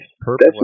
purple